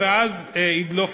ואז תדלוף